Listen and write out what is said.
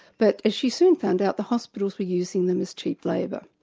but as she soon found out, the hospitals were using them as cheap labour.